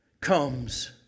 comes